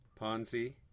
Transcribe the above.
Ponzi